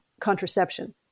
contraception